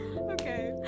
Okay